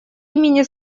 имени